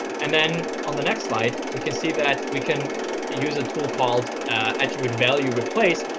and then on the next slide, we can see that we can use a tool called attribute value replace,